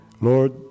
Lord